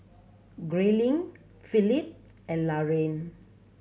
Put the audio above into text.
Grayling Philip and Laraine